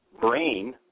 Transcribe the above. brain